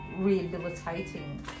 rehabilitating